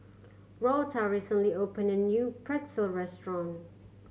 Lotta recently opened a new Pretzel restaurant